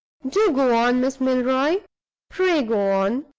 do go on, miss milroy pray go on!